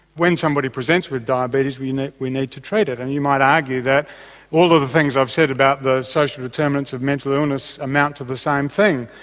when somebody presents with diabetes we need we need to treat it and you might argue that all of the things that i've said about the social determinants of mental illness amount to the same thing,